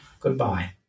goodbye